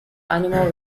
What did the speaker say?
animal